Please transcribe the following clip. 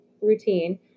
routine